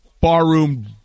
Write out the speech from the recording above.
barroom